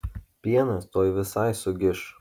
pienas tuoj visai sugiš